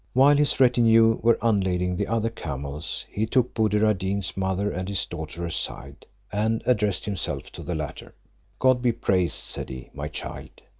while his retinue were unlading the other camels, he took buddir ad deen's mother and his daughter aside and addressed himself to the latter god be praised, said he, my child,